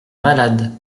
malade